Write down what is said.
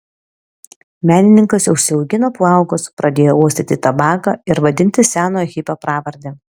menininkas užsiaugino plaukus pradėjo uostyti tabaką ir vadintis seno hipio pravarde